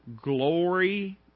glory